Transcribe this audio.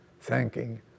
Thanking